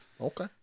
Okay